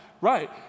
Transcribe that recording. Right